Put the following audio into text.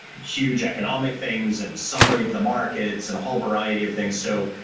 huge economic things and summary of the markets and a whole variety of things. so,